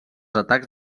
atacs